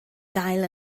gael